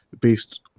based